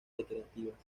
recreativas